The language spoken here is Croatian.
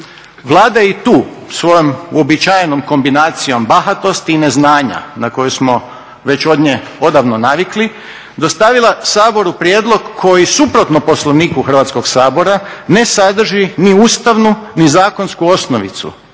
Vlada je i tu svojom uobičajenom kombinacijom bahatosti i neznanja na koju smo već od nje odavno navikli dostavila Saboru prijedlog koji suprotno Poslovniku Hrvatskog sabora ne sadrži ni ustavnu ni zakonsku osnovicu